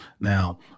Now